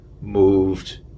moved